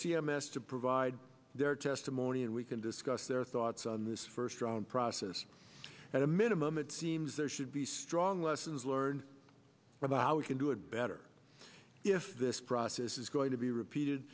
c m s to provide their testimony and we can discuss their thoughts on this first round process at a minimum it seems there should be strong lessons learned about how we can do it better if this process is going to be repeated